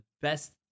best